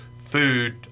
food